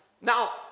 Now